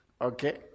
okay